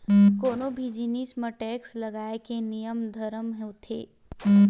कोनो भी जिनिस म टेक्स लगाए के नियम धरम होथे